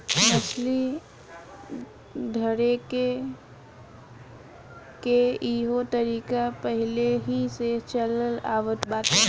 मछली धरेके के इहो तरीका पहिलेही से चलल आवत बाटे